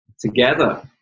together